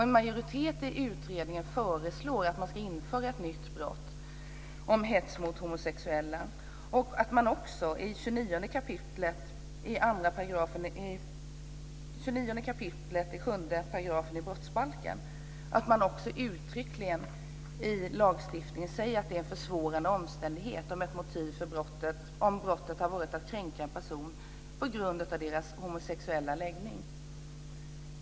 En majoritet i utredningen föreslår att man ska införa ett nytt brott om hets mot homosexuella och att man också i 29 kap. 2 § 7 brottsbalken uttryckligen säger att det är en försvårande omständighet om ett motiv för brottet har varit att kränka en person på grund av hans eller hennes homosexuella läggning.